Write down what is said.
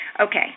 okay